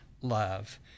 love